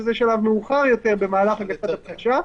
שזה שלב מאוחר יותר במהלך הגשת הבקשה,